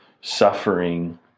suffering